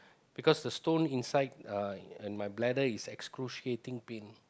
because the stone inside uh in my bladder is excruciating pain